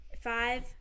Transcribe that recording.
five